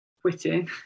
quitting